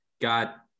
Got